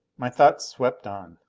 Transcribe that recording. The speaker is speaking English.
my thoughts swept on.